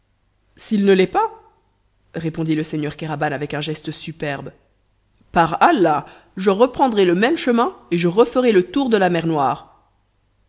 s'il ne l'est pas répondit le seigneur kéraban avec un geste superbe par allah je reprendrai le même chemin et je referai le tour de la mer noire